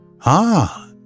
Ah